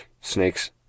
snakes